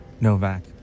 Novak